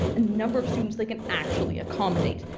number of students they can actually accommodate.